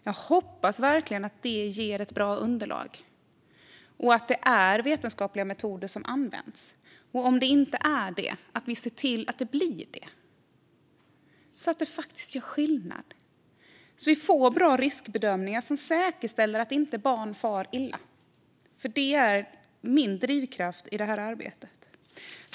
Jag hoppas verkligen att det ger ett bra underlag och att det är vetenskapliga metoder som används och att vi, om det inte är det, ser till att det blir det så att det faktiskt gör skillnad och vi får bra riskbedömningar som säkerställer att barn inte far illa. Det är min drivkraft i det här arbetet.